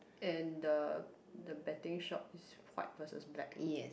and the the betting shop is white versus black